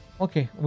okay